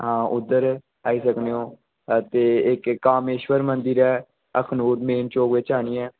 आं उद्धर आई सकने ओं ते इक कामेश्वर मंदिर ऐ अखनूर मेन चौक बिच आह्नियै